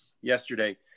yesterday